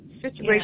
situation